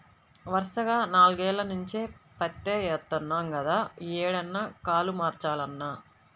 వరసగా నాల్గేల్ల నుంచి పత్తే యేత్తన్నాం గదా, యీ ఏడన్నా కాలు మార్చాలన్నా